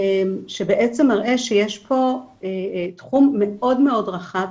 שבעצם מראה שיש פה תחום מאוד מאוד רחב.